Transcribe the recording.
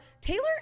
Taylor